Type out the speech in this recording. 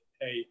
hey